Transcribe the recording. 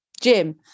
Jim